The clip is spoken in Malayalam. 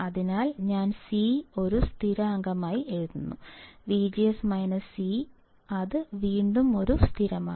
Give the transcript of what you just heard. അതിനാൽ ഞാൻ C ഒരു സ്ഥിരാങ്കമായി എഴുതുന്നു അത് വീണ്ടും ഒരു സ്ഥിരമാണ്